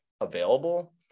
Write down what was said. available